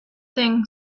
thing